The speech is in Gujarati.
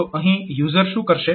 તો અહીં યુઝર શું કરશે